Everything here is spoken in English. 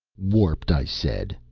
warped, i said,